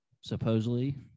supposedly